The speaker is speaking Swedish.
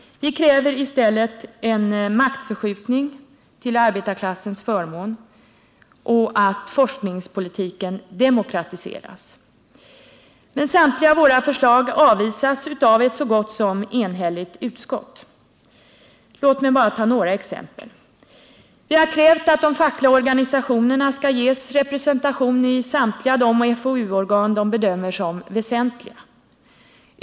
Vi kräver i stället en maktförskjutning till arbetarklassens förmån, och vi kräver att forskningspolitiken demokratiseras. Men samtliga våra förslag avvisas av ett så gott som enhälligt utskott. Låt mig ta några exempel. Vi har krävt att de fackliga organisationerna skall ges representation i samtliga de FoU-organ de bedömer som väsentliga.